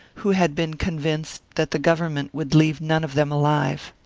who had been convinced that the government would leave none of them alive.